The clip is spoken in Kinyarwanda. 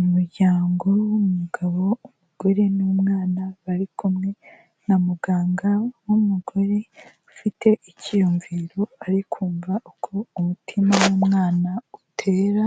Umuryango w'umugabo umugore n'umwana bari kumwe na muganga w'umugore, ufite icyiyumviro ari kumva uko umutima w'umwana utera